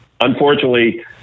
unfortunately